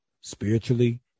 spiritually